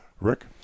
Rick